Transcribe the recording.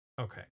Okay